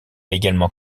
également